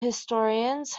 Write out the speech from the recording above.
historians